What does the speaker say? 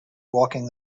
walking